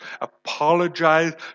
apologize